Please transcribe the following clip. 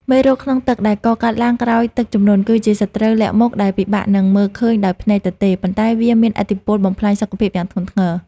មេរោគក្នុងទឹកដែលកកើតឡើងក្រោយទឹកជំនន់ គឺជាសត្រូវលាក់មុខដែលពិបាកនឹងមើលឃើញដោយភ្នែកទទេ ប៉ុន្តែវាមានឥទ្ធិពលបំផ្លាញសុខភាពយ៉ាងធ្ងន់ធ្ងរ។